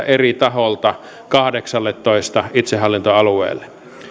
eri taholta kahdeksalletoista itsehallintoalueelle